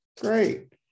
Great